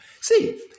See